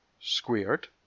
squared